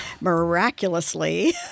Miraculously